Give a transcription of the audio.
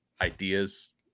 ideas